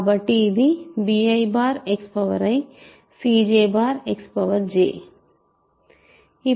కాబట్టి ఇది bixi cjxj